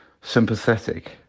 sympathetic